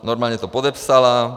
Normálně to podepsala.